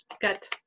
got